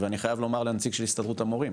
ואני חייב לומר לנציג של הסתדרות המורים,